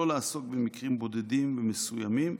לא לעסוק במקרים בודדים מסוימים,